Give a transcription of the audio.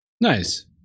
Nice